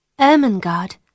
Ermengarde